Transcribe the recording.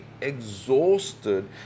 exhausted